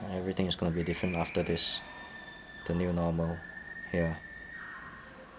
and everything is gonna be different after this the new normal here